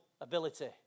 Ability